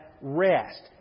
rest